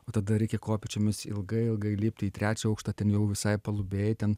o tada reikia kopėčiomis ilgai ilgai lipti į trečią aukštą ten jau visai palubėj ten